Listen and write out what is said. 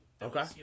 Okay